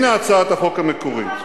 הנה הצעת החוק המקורית.